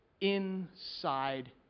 inside